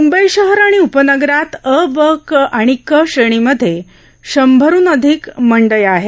मुंबई शहर आणि उपनगरात अ ब आणि क श्रेणीमध्ये शंभरहन अधिक मंडया आहेत